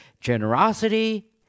generosity